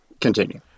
continue